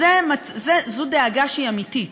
זו דאגה שהיא אמיתית.